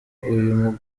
uyu